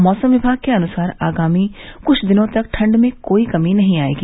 मौसम विमाग के अनुसार आगामी कुछ दिनों तक ठंड में कोई कमी नहीं आएगी